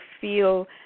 feel